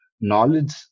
knowledge